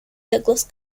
douglas